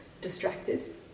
distracted